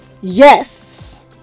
Yes